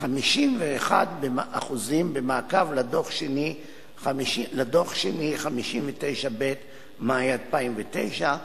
ל-51% במעקב שני לדוח 59ב ממאי 2009,